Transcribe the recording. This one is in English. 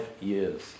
years